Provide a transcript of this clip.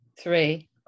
three